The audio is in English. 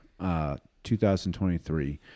2023